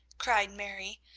cried mary,